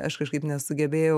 aš kažkaip nesugebėjau